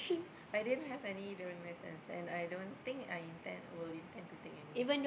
I didn't have any driving licence and I don't think I intend will intend to take any